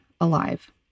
alive